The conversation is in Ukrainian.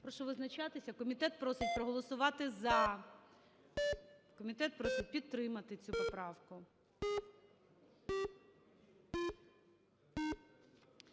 прошу визначитися. Комітет просить проголосувати "за". Комітет просить підтримати цю поправку.